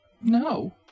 No